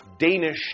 Danish